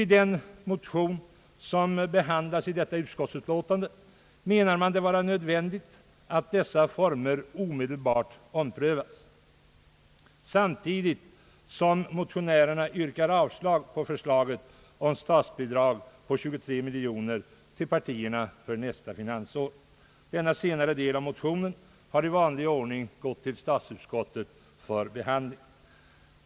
I den motion som behandlas i detta utskottsutlåtande anses det nödvändigt, att dessa former omedelbart omprövas, och samtidigt yrkar motionärerna avslag på förslaget om statsbidrag till partierna för nästa finansår med 23 miljoner kronor. Denna senare del av motionen har i vanlig ordning gått till statsutskottet för behandling.